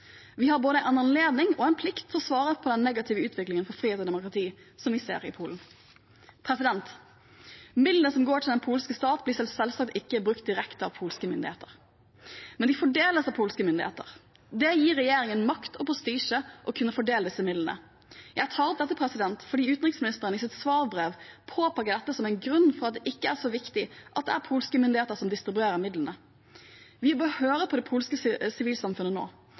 Vi har både en anledning og en plikt til å svare på den negative utviklingen for frihet og demokrati som vi ser i Polen. Midlene som går til den polske stat, blir selvsagt ikke brukt direkte av polske myndigheter, men de fordeles av polske myndigheter. Det gir regjeringen makt og prestisje å kunne fordele disse midlene. Jeg tar opp dette fordi utenriksministeren i sitt svarbrev peker på dette som en grunn til at det ikke er så viktig at det er polske myndigheter som distribuerer midlene. Vi bør nå høre på det polske sivilsamfunnet